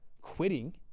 quitting